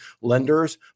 lenders